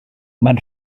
maen